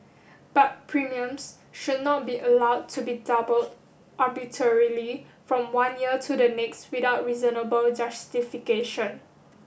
but premiums should not be allowed to be doubled arbitrarily from one year to the next without reasonable justification